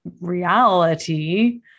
reality